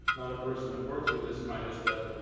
person that works with this kind of stuff.